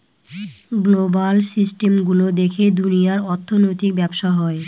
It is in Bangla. গ্লোবাল সিস্টেম গুলো দেখে দুনিয়ার অর্থনৈতিক ব্যবসা হয়